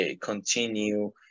continue